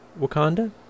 Wakanda